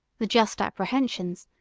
the just apprehensions,